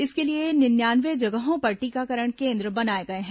इसके लिए निन्यानवे जगहों पर टीकाकरण केन्द्र बनाए गए हैं